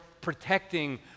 protecting